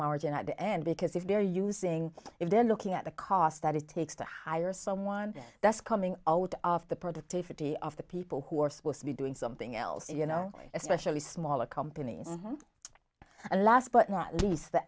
margin at the end because if they're using if they're looking at the cost that it takes to hire someone that's coming out of the productivity of the people who are supposed to be doing something else you know especially smaller companies and last but not least the